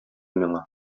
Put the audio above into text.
миңа